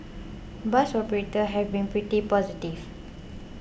bus operators have been pretty positive